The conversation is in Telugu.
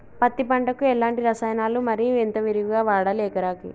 పత్తి పంటకు ఎలాంటి రసాయనాలు మరి ఎంత విరివిగా వాడాలి ఎకరాకి?